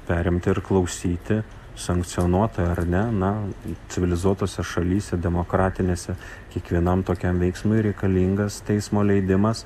perimti ir klausyti sankcionuotai ar ne na civilizuotose šalyse demokratinėse kiekvienam tokiam veiksmui reikalingas teismo leidimas